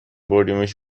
بردیمش